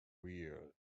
real